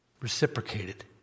reciprocated